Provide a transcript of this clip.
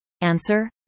Answer